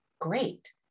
great